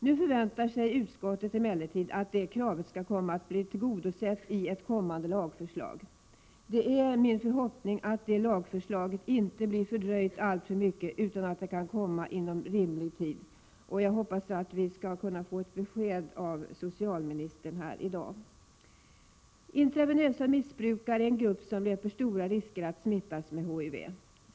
Nu förväntar sig utskottet emellertid att det kravet skall komma att bli tillgodosett i ett kommande lagförslag. Det är min förhoppning att det lagförslaget inte blir fördröjt alltför mycket utan att det kan komma inom rimlig tid. Jag hoppas att vi kan få ett besked av socialministern här i dag. Intravenöst injicerande missbrukare är en grupp som löper stora risker att smittas med HIV.